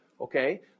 okay